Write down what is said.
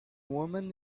woman